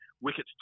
wickets